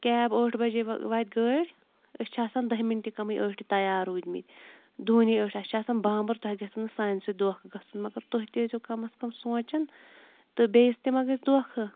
cab ٲٹھِ بَجے واتہِ گٲڈۍ أسۍ چھِ آسان دَہہِ مِنٹہِ کَمٕے ٲٹھِ تَیار روٗدۍ مٕتۍ دوٗنے ٲٹھِ اَسہِ چھِ آسان بامبَر تۄہہِ گَژھو نہٕ سانہِ سۭتۍ دۄنٛکھٕ گَژھُن مَگَر تُہۍ تہِ ٲسۍ زیٚو کَم اَز کَم سونٛچان تہٕ بیٚیِس تہِ مہَ گَژھِ دۄنٛکھہٕ